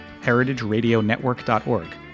heritageradionetwork.org